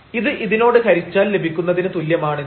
ഇത് ഇതിനോട് ഹരിച്ചാൽ ലഭിക്കുന്നതിന് തുല്യമാണത്